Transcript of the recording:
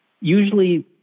Usually